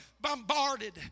bombarded